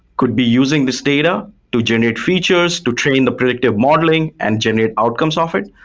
could be using this data to generate features, to train the predictive modeling and generate outcomes of it.